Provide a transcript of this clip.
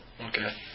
Okay